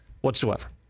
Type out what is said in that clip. whatsoever